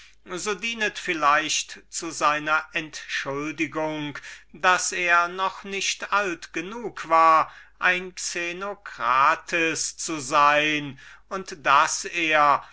so dienet vielleicht zu seiner entschuldigung daß er noch nicht alt genug war ein xenocrates zu sein und daß er